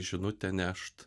žinutę nešt